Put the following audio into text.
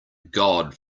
god